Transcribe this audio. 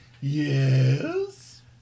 Yes